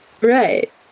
Right